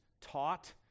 taught